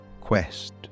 quest